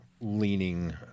leaning